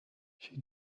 she